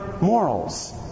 morals